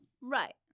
Right